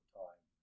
time